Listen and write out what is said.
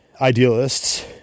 idealists